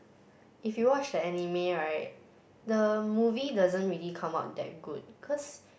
if you watch the anime right the movie doesn't really come out that good cause